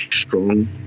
strong